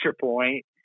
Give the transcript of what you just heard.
point